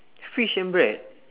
fish and bread